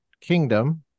Kingdom